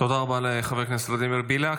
תודה רבה לחבר הכנסת ולדימיר בליאק.